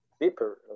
deeper